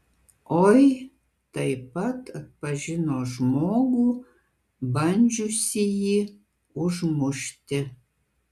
oi taip pat atpažino žmogų bandžiusįjį užmušti